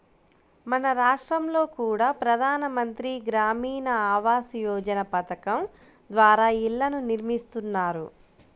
మన రాష్టంలో కూడా ప్రధాన మంత్రి గ్రామీణ ఆవాస్ యోజన పథకం ద్వారా ఇళ్ళను నిర్మిస్తున్నారు